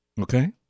Okay